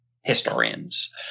historians